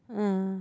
yeah